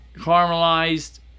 caramelized